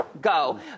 go